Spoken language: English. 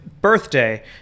birthday